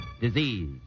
disease